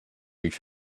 each